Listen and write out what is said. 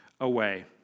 away